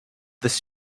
this